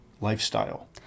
lifestyle